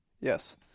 Yes